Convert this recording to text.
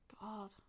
God